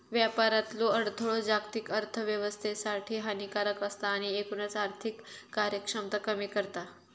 व्यापारातलो अडथळो जागतिक अर्थोव्यवस्थेसाठी हानिकारक असता आणि एकूणच आर्थिक कार्यक्षमता कमी करता